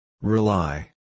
Rely